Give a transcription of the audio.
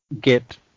get